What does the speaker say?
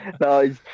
No